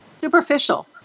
superficial